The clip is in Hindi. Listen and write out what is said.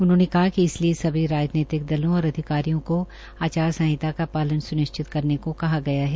उन्होंने कहा कि इसलिए सभी राजनीतिक दलों और अधिकारियों को आचार संहिता का पालन करने को कहा गया है